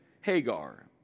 Hagar